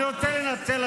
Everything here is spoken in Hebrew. אני רוצה לנצל,